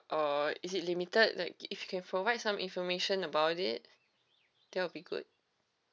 or is it limited like if you can provide some information about it that will be good